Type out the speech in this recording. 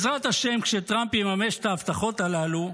בעזרת השם, כשטראמפ יממש את ההבטחות הללו,